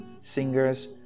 singers